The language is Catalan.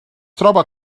troba